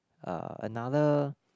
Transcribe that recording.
uh another